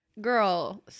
Girl